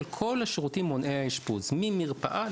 אלא על כל השירותים מונעי האשפוז ממרפאה,